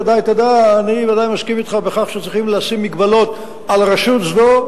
אני ודאי מסכים אתך בכך שצריכים לשים מגבלות על רשות זו,